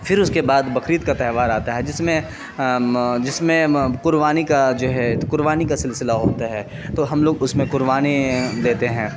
پھر اس کے بعد بقرعید کا تہوار آتا ہے جس میں جس میں قربانی کا جو ہے قربانی کا سلسلہ ہوتا ہے تو ہم لوگ اس میں قربانی دیتے ہیں